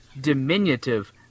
Diminutive